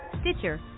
Stitcher